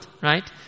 right